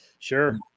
sure